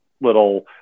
little